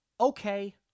okay